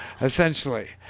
essentially